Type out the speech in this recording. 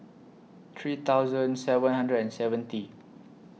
three thousand seven hundred and seventy